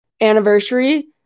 anniversary